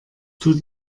tut